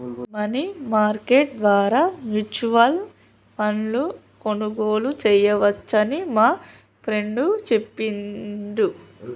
money market ద్వారా mutual ఫండ్ను కొనుగోలు చేయవచ్చని మా ఫ్రెండు చెప్పిండు